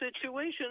situation